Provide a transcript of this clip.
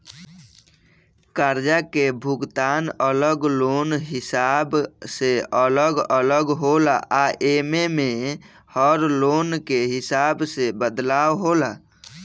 कर्जा के भुगतान अलग लोन के हिसाब से अलग अलग होला आ एमे में हर लोन के हिसाब से बदलाव होला